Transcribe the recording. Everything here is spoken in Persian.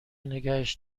نگهش